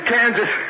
Kansas